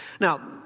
Now